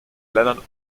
ländern